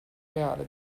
reale